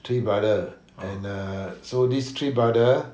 three brother and err so these three brother